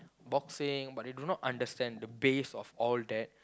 boxing but they do not understand the base of all that